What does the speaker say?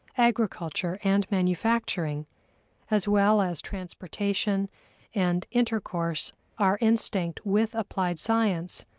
agriculture, and manufacturing as well as transportation and intercourse are instinct with applied science,